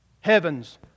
Heaven's